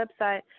website